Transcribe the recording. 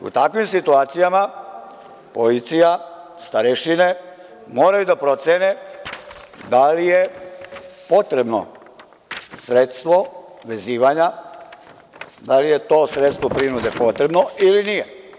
U takvim situacijama, policija, starešine moraju da procene da li je potrebno sredstvo vezivanja, da li je to sredstvo prinude potrebno ili nije.